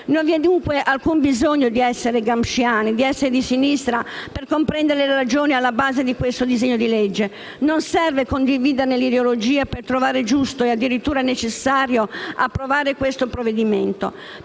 Non vi è quindi alcun bisogno di essere gramsciani, di essere di sinistra per comprendere le ragioni alla base di questo disegno di legge. Non serve condividerne l'ideologia per trovare giusto, e addirittura necessario, approvare questo provvedimento,